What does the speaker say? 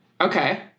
Okay